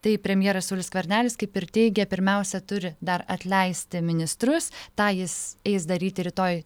tai premjeras saulius skvernelis kaip ir teigia pirmiausia turi dar atleisti ministrus tą jis eis daryti rytoj